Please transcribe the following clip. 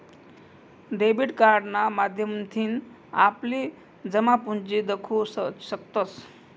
debit कार्डना माध्यमथीन आपली जमापुंजी दखु शकतंस